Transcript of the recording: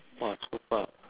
!wah! so far